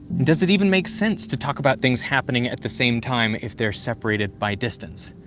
does it even make sense to talk about things happening at the same time if they're separated by distance?